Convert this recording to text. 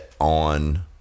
on